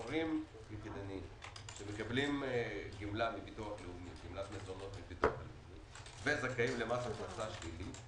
הורים יחידניים שמקבלים גמלה מביטוח לאומי וזכאים למס הכנסה שלילי,